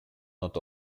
not